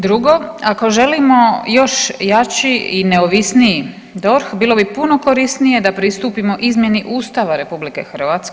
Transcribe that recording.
Drugo, ako želimo još jači i neovisniji DORH bilo bi puno korisnije da pristupimo izmjeni Ustava RH.